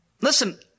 Listen